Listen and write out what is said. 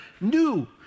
new